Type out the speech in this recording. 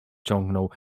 ciągnął